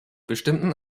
bestimmten